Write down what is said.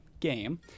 game